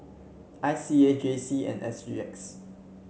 I C A J C and S G X